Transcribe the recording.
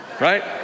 right